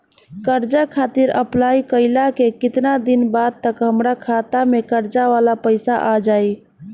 कर्जा खातिर अप्लाई कईला के केतना दिन बाद तक हमरा खाता मे कर्जा वाला पैसा आ जायी?